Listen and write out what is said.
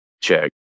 check